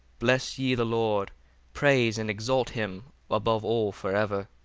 bless ye the lord praise and exalt him above all for ever.